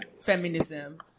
feminism